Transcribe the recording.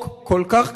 חוק כל כך קצר,